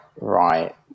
right